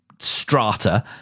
strata